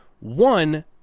One